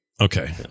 okay